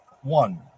one